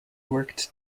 worked